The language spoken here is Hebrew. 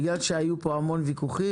בגלל שהיו פה המון ויכוחים,